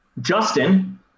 Justin